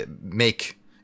make